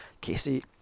Casey